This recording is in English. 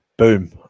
boom